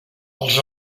els